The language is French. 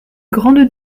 grande